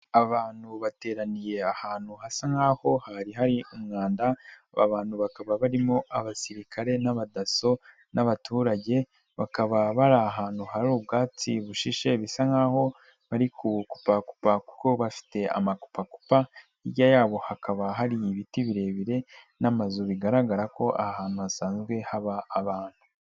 abantu bateraniye ahantu hasa nk'aho hari hari umwanda, abantu bakaba barimo abasirikare n'abadaso n'abaturage, bakaba bari ahantu hari ubwatsi bushishe, bisa nk'aho bari kubukupakupa kuko bafite amapakupa, hirya yabo hakaba hari ibiti birebire n'amazu bigaragara ko ahantu hasanzwe haba abantu.